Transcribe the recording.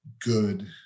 good